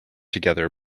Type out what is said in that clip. together